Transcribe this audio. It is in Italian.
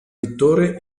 vittore